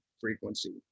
frequency